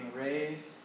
raised